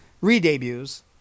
re-debuts